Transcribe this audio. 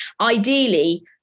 Ideally